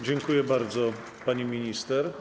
Dziękuję bardzo, pani minister.